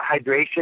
hydration